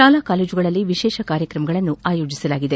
ಶಾಲಾ ಕಾಲೇಜುಗಳಲ್ಲಿ ವಿಶೇಷ ಕಾರ್ಯಕ್ರಮಗಳನ್ನು ಅಯೋಜಿಸಲಾಗಿದೆ